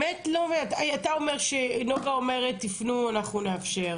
נגה היועצת של השר אומרת, תפנו ואנחנו נאפשר.